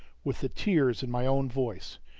with the tears in my own voice.